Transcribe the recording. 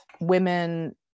women